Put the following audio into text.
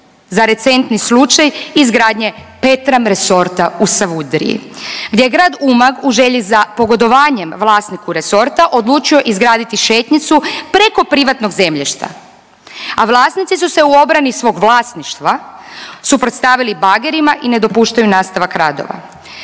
za recentni slučaj izgradnje Petram resorta u Savudriji, gdje je grad Umag u želji za pogodovanjem vlasniku resorta odlučio izgraditi šetnicu preko privatnog zemljišta, a vlasnici su se u obrani svog vlasništva suprotstavili bagerima i ne dopuštaju nastavak radova.